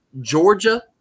Georgia